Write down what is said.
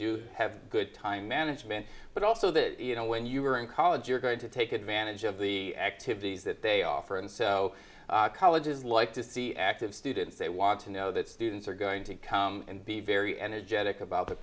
do have a good time management but also that you know when you're in college you're going to take advantage of the activities that they offer and so colleges like to see active student they want to know that students are going to come and be very energetic about the